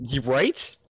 Right